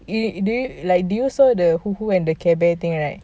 do you saw the who who and the care bear thing right